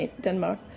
Denmark